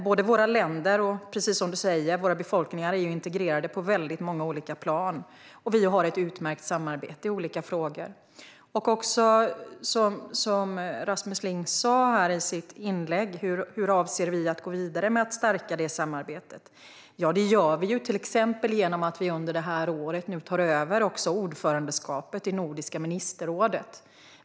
Både våra länder och, precis som du säger, våra befolkningar är integrerade på väldigt många plan, och vi har ett utmärkt samarbete i olika frågor. Rasmus Ling undrade i sitt inlägg hur vi avser att gå vidare med att stärka det samarbetet. Ja, det gör vi till exempel genom att vi under detta år tar över ordförandeskapet i Nordiska ministerrådet.